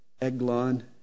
Eglon